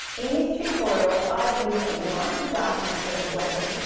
in this tutorial, i've used a light to dark method of blending.